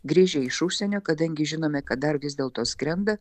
grįžę iš užsienio kadangi žinome kad dar vis dėlto skrenda